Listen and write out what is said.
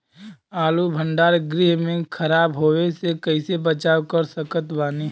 आलू भंडार गृह में खराब होवे से कइसे बचाव कर सकत बानी?